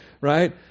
right